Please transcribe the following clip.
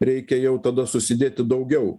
reikia jau tada susidėti daugiau